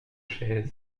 chaise